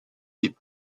des